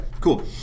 cool